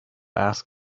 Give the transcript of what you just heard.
ask